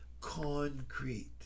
concrete